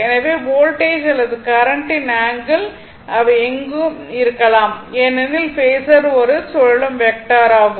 எனவே வோல்டேஜ் அல்லது கரண்ட்ட்டின் ஆங்கிள் அவை எங்கும் இருக்கலாம் ஏனெனில் பேஸர் ஒரு சுழலும் வெக்டர் ஆகும்